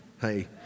Hey